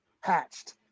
hatched